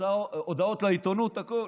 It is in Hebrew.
הודעות לעיתונות, הכול.